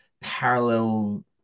parallel